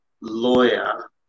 lawyer